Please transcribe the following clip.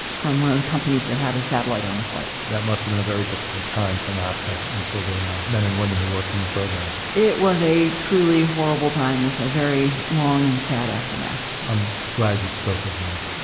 from one of the companies that had a satellite on the flight. that must have been a very difficult time for nasa and for the men and women who worked on the program. it was a truly horrible time with a very long and sad aftermath. i'm glad you spoke of them.